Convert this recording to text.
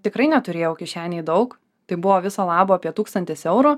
tikrai neturėjau kišenėj daug tai buvo viso labo apie tūkstantis eurų